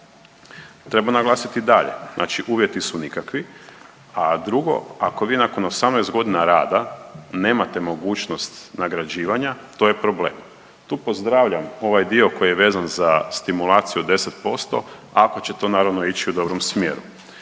Treba naglasiti dalje, znači uvjeti su nikakvi, a drugo ako vi nakon 18 godina rada nemate mogućnost nagrađivanja to je problem. Tu pozdravljam ovaj dio koji je vezan za stimulaciju od 10% ako će to naravno ići u dobrom smjeru.